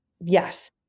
Yes